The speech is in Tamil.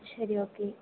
சரி ஓகே